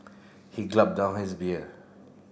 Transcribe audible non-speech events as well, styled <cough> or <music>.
he <unintelligible> down his beer